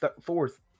fourth